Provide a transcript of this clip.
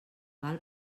val